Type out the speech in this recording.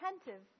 attentive